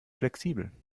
flexibel